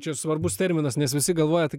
čia svarbus terminas nes visi galvojat